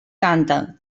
canta